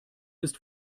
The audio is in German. ist